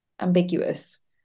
ambiguous